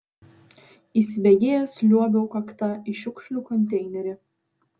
įsibėgėjęs liuobiau kakta į šiukšlių konteinerį